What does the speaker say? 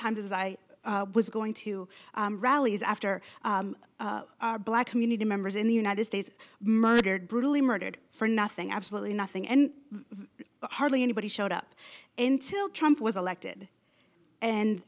times as i was going to rallies after black community members in the united states murdered brutally murdered for nothing absolutely nothing and hardly anybody showed up in till trump was elected and